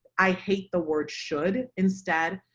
i hate the word should instead.